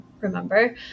remember